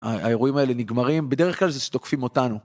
האירועים האלה נגמרים בדרך כלל זה שתוקפים אותנו.